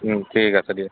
ঠিক আছে দিয়ক